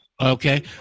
Okay